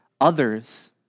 others